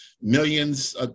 millions